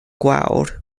gwawr